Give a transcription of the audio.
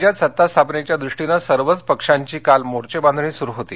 राज्यात सत्ता स्थापनेच्या दृष्टिनं सर्वच पक्षांची काल मोर्घेबाधणी सुरु होती